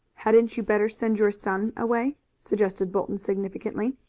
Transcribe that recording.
hadn't you better send your son away? suggested bolton significantly.